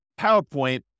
PowerPoint